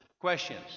questions